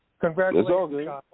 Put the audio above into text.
congratulations